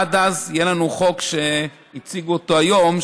עד אז יהיה לנו חוק שהציגו אותו היום,